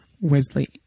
Wesley